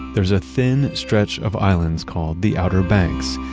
there is a thin stretch of islands called the outer banks.